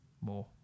more